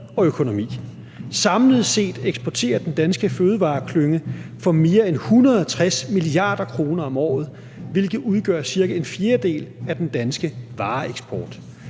og økonomi. Samlet set eksporterer den danske fødevareklynge for mere end 160 mia. kr. om året, hvilket udgør ca. 1/4 af den danske vareeksport.